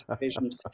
patient